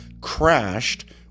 crashed